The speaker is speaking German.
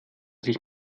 sich